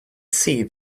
see